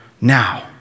now